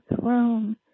throne